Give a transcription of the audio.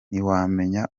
ntiwamenya